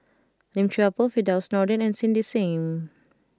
Lim Chuan Poh Firdaus Nordin and Cindy Sim